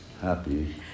happy